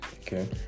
Okay